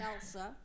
Elsa